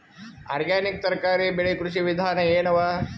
Organic ತರಕಾರಿ ಬೆಳಿ ಕೃಷಿ ವಿಧಾನ ಎನವ?